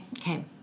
okay